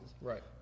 Right